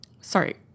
Sorry